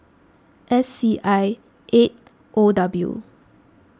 S C I eight O W